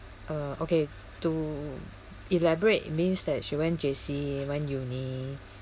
uh okay to elaborate means that she went J_C went uni